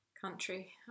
country